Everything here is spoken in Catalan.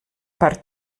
part